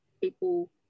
people